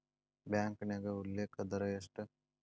ಬ್ಯಾಂಕ್ನ್ಯಾಗ ಉಲ್ಲೇಖ ದರ ಎಷ್ಟ